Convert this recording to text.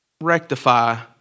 rectify